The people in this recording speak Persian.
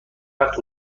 وقت